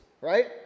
right